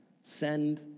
send